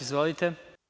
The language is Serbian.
Izvolite.